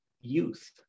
youth